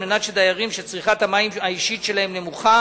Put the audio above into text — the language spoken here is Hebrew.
על מנת שדיירים שצריכת המים האישית שלהם נמוכה